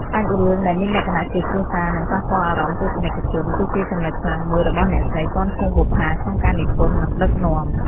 សាច់រឿងដែលមានលក្ខណៈជាគ្រួសារ និងប៉ះពាល់អារម្មណ៍ទស្សនិកជន គឺជាចំណុចខ្លាំងមួយរបស់អ្នកស្រី ពាន់ ភួងបុប្ផា ក្នុងការនិពន្ធ និងដឹកនាំ។